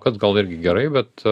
kad gal irgi gerai bet